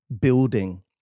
building